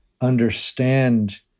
understand